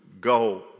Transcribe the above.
go